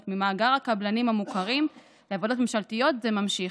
ממאגר הקבלנים המוכרים לעבודות ממשלתיות זה ממשיך.